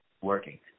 working